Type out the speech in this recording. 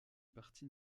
parti